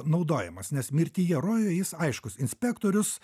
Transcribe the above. naudojamas nes mirtyje rojuje jis aiškus inspektorius